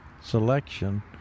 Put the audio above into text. selection